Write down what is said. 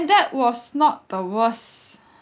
that was not the worst